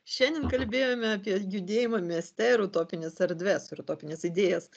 šiandien kalbėjome apie judėjimą mieste ir utopines erdves ir utopines idėjas